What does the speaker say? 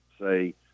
say